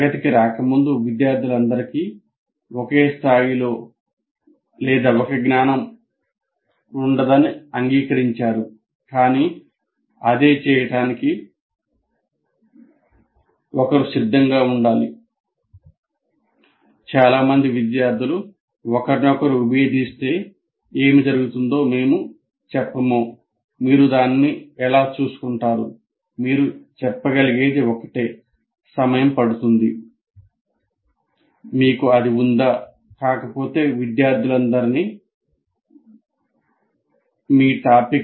తరగతికి రాకముందు విద్యార్థులందరికీ ఒకే స్థాయిలు లేదా ఒకే జ్ఞానం ఉండదని అంగీకరించారు కాని అదే చేయడానికి ఒకరు సిద్ధంగా ఉండాలి